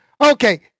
okay